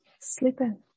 sleeping